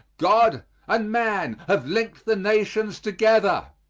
god and man have linked the nations together.